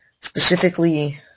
specifically